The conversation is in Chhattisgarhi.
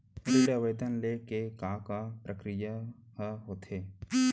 ऋण आवेदन ले के का का प्रक्रिया ह होथे?